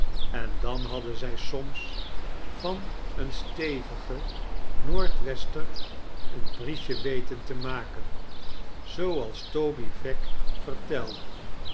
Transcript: en dan hadden zij swrns van een stevigen noord-wester een briesje weten te maken zooals toby veck vertelde